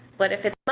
what if it's on?